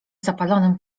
zapalonym